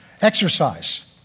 exercise